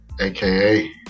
aka